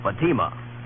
Fatima